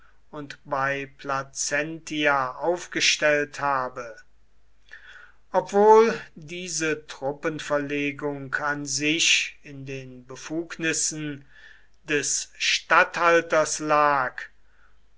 und bei placentia aufgestellt habe obwohl diese truppenverlegung an sich in den befugnissen des statthalters lag